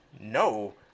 no